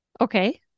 Okay